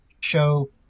show